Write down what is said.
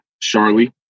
Charlie